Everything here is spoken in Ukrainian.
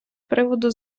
приводу